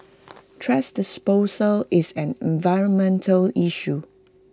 thrash disposal is an environmental issue